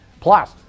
Plus